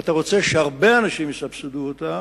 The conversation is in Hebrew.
שאתה רוצה שהרבה אנשים יסבסדו אותה,